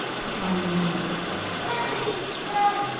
to try and remember them anemone, globe,